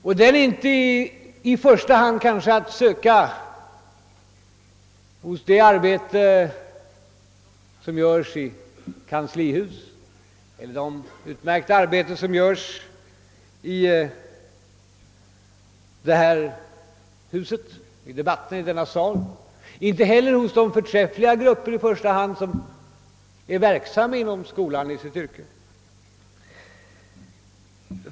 De är kanske inte i första hand att söka i det arbete som utförs i kanslihuset eller det utmärkta arbete som görs i detta hus, i debatterna i denna sal, inte heller hos de förträffliga grupper som är verksamma i skolan inom sitt yrke.